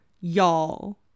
Y'all